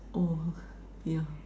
oh yeah